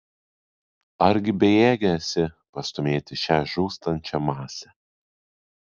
argi bejėgė esi pastūmėti šią žūstančią masę